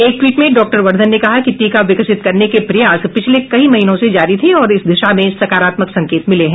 एक टवीट में डॉ वर्धन ने कहा कि टीका विकसित करने के प्रयास पिछले कई महीनों से जारी थे और इस दिशा में सकारात्मक संकेत मिले है